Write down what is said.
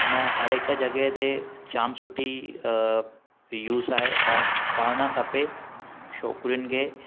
मन हर हिक जॻहि ते जाम सुठी यूज़ आहे ऐं पढ़णु खपे छोकिरिनि खे